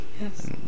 Yes